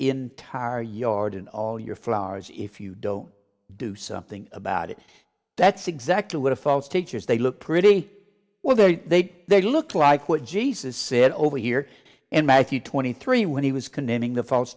entire yard and all your flowers if you don't do something about it that's exactly what a false teachers they look pretty well they're they they look like what jesus said over here in matthew twenty three when he was condemning the false